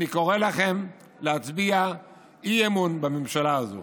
אני קורא לכם להצביע אי-אמון בממשלה הזו.